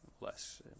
less